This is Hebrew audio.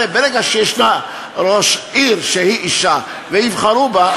הרי ברגע שישנה ראש עיר שהיא אישה ויבחרו בה,